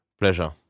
pleasure